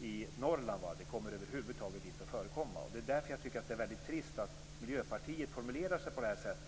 i Norrland över huvud taget inte kommer att förekomma. Det är därför som jag tycker att det är väldigt trist att Miljöpartiet formulerar sig på detta sätt.